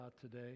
today